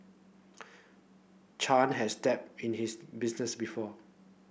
Chan had dabbled in his business before